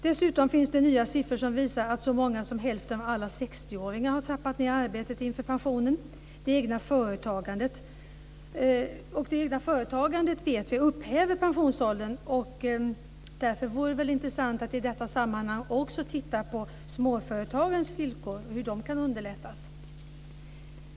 Dessutom finns det nya siffror som visar att så många som hälften av alla 60-åringar har trappat ned arbetet inför pensionen. Vi vet att det egna företagandet upphäver pensionsåldern. Därför vore det intressant att i detta sammanhang också titta på småföretagens villkor och hur man kan underlätta för dem.